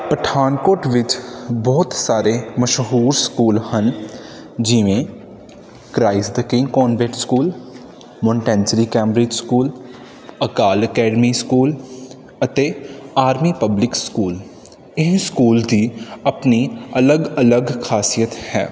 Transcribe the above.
ਪਠਾਨਕੋਟ ਵਿੱਚ ਬਹੁਤ ਸਾਰੇ ਮਸ਼ਹੂਰ ਸਕੂਲ ਹਨ ਜਿਵੇਂ Christ the king convent school Montessori Cambridge school Akal academy school ਅਤੇ ਆਰਮੀ ਪਬਲਿਕ ਸਕੂਲ ਇਹ ਸਕੂਲ ਦੀ ਆਪਣੀ ਅਲੱਗ ਅਲੱਗ ਖਾਸੀਅਤ ਹੈ